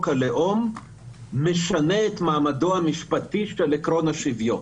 הלאום משנה את מעמדו המשפטי של עקרון השוויון